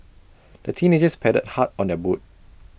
the teenagers paddled hard on their boat